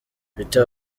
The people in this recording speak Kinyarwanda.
peter